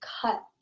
cut